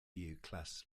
class